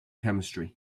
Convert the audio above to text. chemistry